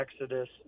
exodus